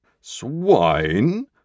Swine